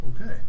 okay